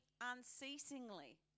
unceasingly